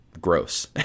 gross